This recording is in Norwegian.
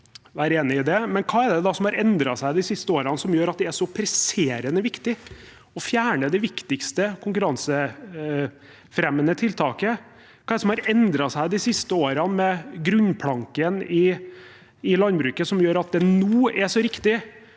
hva er det da som har endret seg de siste årene som gjør at det er så presserende viktig å fjerne det viktigste konkurransefremmende tiltaket? Hva er det som har endret seg de siste årene med grunnplanken i landbruket som gjør at det er så riktig